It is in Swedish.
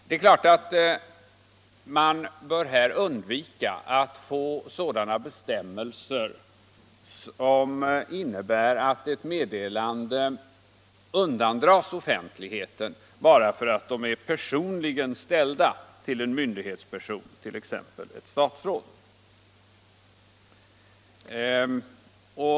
Det är klart att man bör undvika att få sådana bestämmelser som innebär att ett meddelande undandras offentligheten bara för att det är personligen ställt till en myndighetsperson, t.ex. ett statsråd.